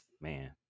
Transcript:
man